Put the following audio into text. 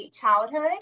childhood